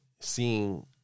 seeing